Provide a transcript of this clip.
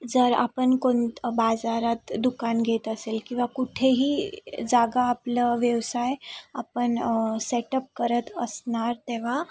जर आपण कोणतं बाजारात दुकान घेत असेल किंवा कुठेही जागा आपलं व्यवसाय आपण सेटअप करत असणार तेव्हा